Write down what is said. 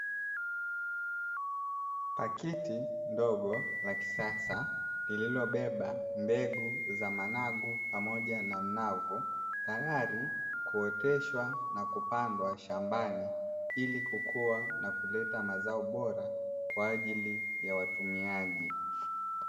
Paketi ndogo la kisasa lilobeba mbegu za managu pamoja na mnavu tayari kuoteshwa na kupandwa shambani ili kukua na kuleta mazao bora kwa ajili ya watumiaji.